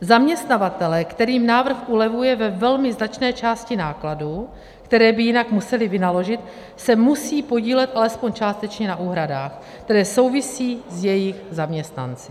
Zaměstnavatelé, kterým návrh ulevuje ve velmi značné části nákladů, které by jinak museli vynaložit, se musí podílet alespoň částečně na úhradách, které souvisí s jejich zaměstnanci.